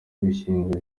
gushyingura